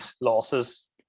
losses